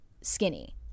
skinny